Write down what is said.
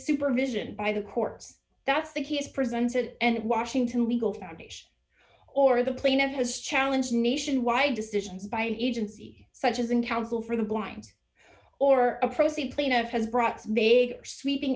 supervision by the court that's the case presented and washington legal foundation or the plaintiff has challenge nationwide decisions by an agency such as in counsel for the blind or across the plaintiff has brought big sweeping